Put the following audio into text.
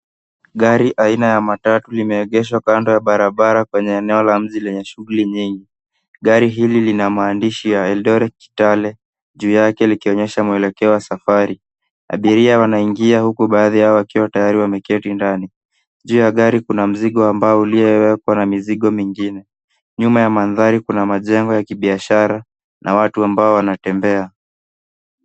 Gari aina ya matatu limeegeshwa kando ya barabara kwenye eneo la mji lenye shughuli nyingi. Gari hili lina maandishi ya Eldoret, Kitale, juu yake likionyesha mwelekeo wa safari . Abiria wanaingia, huku baadhi yao wakiwa tayari wameketi ndani, juu ya gari kuna mzigo ambao uliowekwa na mizigo mingine. Nyuma ya mandhari kuna majengo ya kibiashara na watu ambao wanatembea.